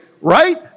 right